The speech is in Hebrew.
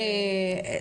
הילד.